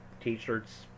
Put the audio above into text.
T-shirts